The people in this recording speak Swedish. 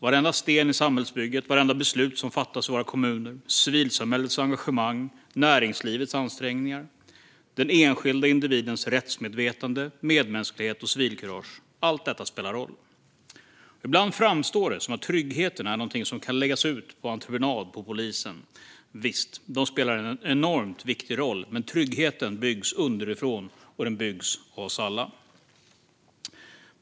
Varenda sten i samhällsbygget, vartenda beslut som fattas i våra kommuner, civilsamhällets engagemang, näringslivets ansträngningar, den enskilda individens rättsmedvetande, medmänsklighet och civilkurage - allt detta spelar roll. Ibland framstår det som att tryggheten är något som kan läggas ut på entreprenad på polisen. Visst, den spelar en enormt viktig roll, men tryggheten byggs underifrån, och den byggs av oss alla.